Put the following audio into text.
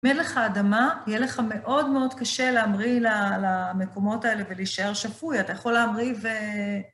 מלך האדמה, יהיה לך מאוד מאוד קשה להמריא למקומות האלה ולהישאר שפוי, אתה יכול להמריא ו...